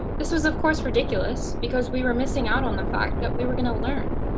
this was, of course, ridiculous, because we were missing out on the fact that we were going to learn,